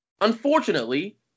Unfortunately